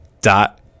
dot